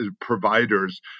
providers